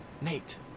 Nate